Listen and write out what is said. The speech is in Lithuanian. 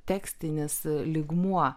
tekstinis lygmuo